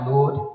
Lord